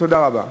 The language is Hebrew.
תודה רבה.